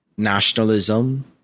nationalism